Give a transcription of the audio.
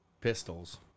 Pistols